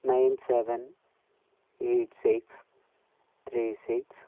nine seven eight six three six